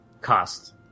cost